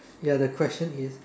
ya the question is